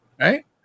right